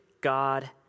God